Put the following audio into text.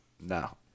no